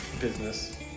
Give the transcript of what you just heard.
business